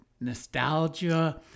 nostalgia